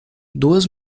duas